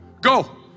Go